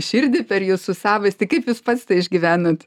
širdį per jūsų savastį kaip jūs pats tai išgyvenat